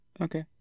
Okay